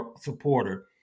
supporter